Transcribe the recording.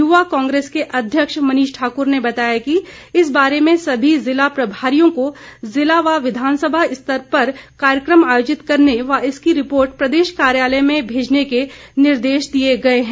युवा कांग्रेस के अध्यक्ष मनीष ठाकुर ने बताया कि इस बारे मे सभी जिला प्रभारियों को जिला व विधानसभा स्तर पर कार्यक्रम आयोजित करने व इसकी रिपोर्ट देश कार्यलय मे भेजने के निर्देश दिए गए है